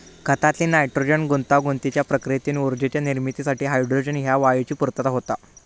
खतातील नायट्रोजन गुंतागुंतीच्या प्रक्रियेतून ऊर्जेच्या निर्मितीसाठी हायड्रोजन ह्या वायूची पूर्तता होता